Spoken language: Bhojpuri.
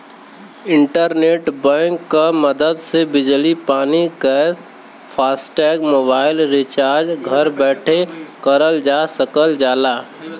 इंटरनेट बैंक क मदद से बिजली पानी गैस फास्टैग मोबाइल रिचार्ज घर बैठे करल जा सकल जाला